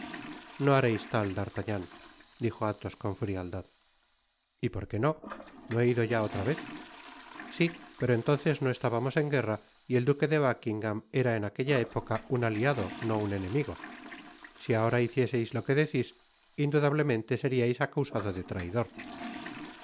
no hareis tal d'artagnan dijo athos con frialdad y por qué no no he ido ya otra vez si pero entonces no estábamos en guerra y el duque de buckingam era en aquella época un aliado no un enemigo si ahora hicieseis lo que decis indudablemente seriais acusado de traidor